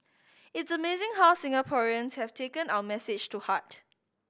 it's amazing how Singaporeans have taken our message to heart